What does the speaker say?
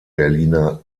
berliner